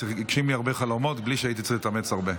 הגשים לי הרבה חלומות בלי שהייתי צריך להתאמץ הרבה.